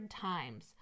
times